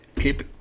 keep